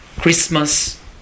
Christmas